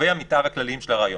קווי המתאר הכלליים של הרעיון.